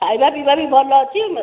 ଖାଇବା ପିଇବା ଭି ଭଲ ଅଛି